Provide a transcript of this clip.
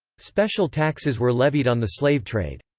special taxes were levied on the slave trade.